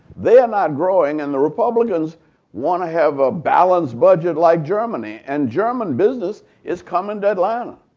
they are not growing. and the republicans want to have a balanced budget like germany. and german business is coming to atlanta.